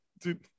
dude